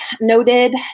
noted